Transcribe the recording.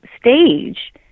stage